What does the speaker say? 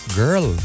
girl